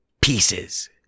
pieces